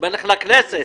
אומר לך: לך לכנסת.